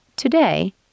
Today